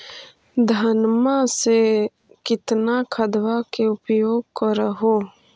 धानमा मे कितना खदबा के उपयोग कर हू?